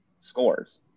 scores